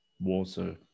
water